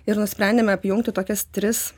ir nusprendėme apjungti tokias tris